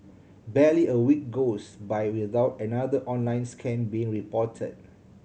barely a week goes by without another online scam being reported